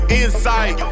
insight